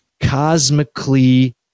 cosmically